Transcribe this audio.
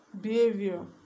behavior